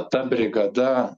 ta brigada